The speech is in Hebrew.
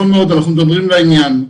אנחנו מדברים לעניין.